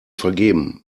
vergeben